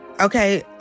Okay